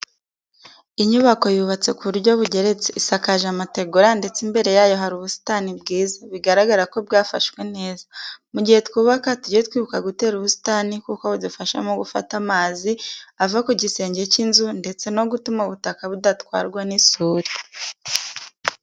Inyubako yubatse ku buryo bugeretse, isakaje amategura ndetse imbere yayo hari ubusitani bwiza, bigaragara ko bwafashwe neza. Mu gihe twubaka tujye twibuka gutera ubusitani kuko budufasha mu gufata amazi ava ku gisenge cy'inzu ndetse no gutuma ubutaka budatwarwa n'isuri.